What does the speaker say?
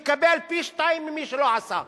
יקבל פי-שניים ממי שלא עשה.